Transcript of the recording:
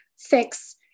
fix